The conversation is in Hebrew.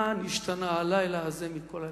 מה נשתנה הלילה הזה מכל הלילות?